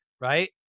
right